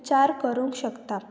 उपचार करूंक शकता